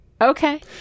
Okay